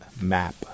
map